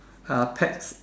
uh pets